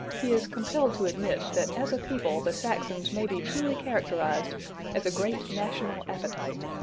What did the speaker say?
he is compelled to admit that as a people the saxons may be truly characterized as a great national appetite.